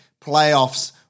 playoffs